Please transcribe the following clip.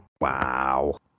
Wow